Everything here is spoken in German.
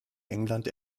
england